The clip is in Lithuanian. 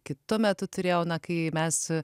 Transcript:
kitu metu turėjau kai mes